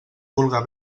vulga